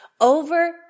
over